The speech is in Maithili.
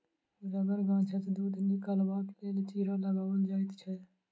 रबड़ गाछसँ दूध निकालबाक लेल चीरा लगाओल जाइत छै